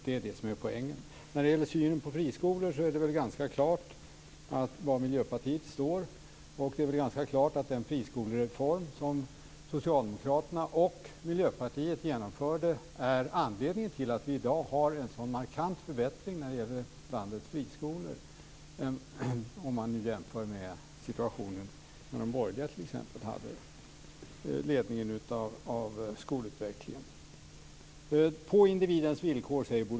Det är det som är poängen. När det gäller synen på friskolor är det väl ganska klart var Miljöpartiet står. Det är ganska klart att den friskolereform som Socialdemokraterna och Miljöpartiet genomförde är anledningen till att vi i dag har en sådan markant förbättring när det gäller landets friskolor, om man nu jämför med situationen när de borgerliga ledde skolutvecklingen. Bo Lundgren talar om individens villkor.